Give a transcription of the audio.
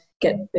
get